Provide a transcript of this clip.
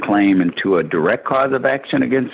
claim into a direct cause of action against